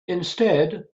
instead